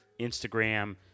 Instagram